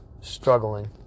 struggling